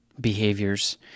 behaviors